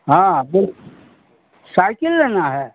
हाँ बोलि साइकिल लेना है